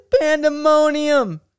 pandemonium